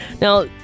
Now